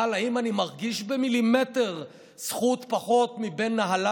אבל האם אני מרגיש במילימטר זכות פחות מבן נהלל